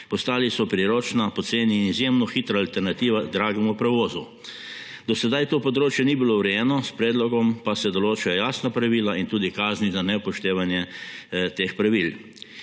postali priročna, poceni in izjemno hitra alternativa dragemu prevozu, do sedaj to področje ni bilo urejeno, s predlogom pa se določajo jasna pravila in tudi kazni za neupoštevanje teh pravil;